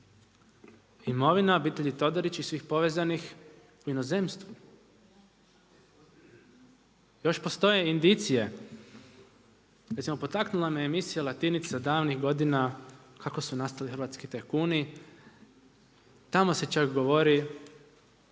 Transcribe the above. imovina obitelji Todorić i svih povezanih u inozemstvu. Još postoje indicije, recimo potaknula me emisija Latinica davnih godina kako su nastali hrvatski tajkuni, tamo se čak govori